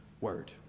Word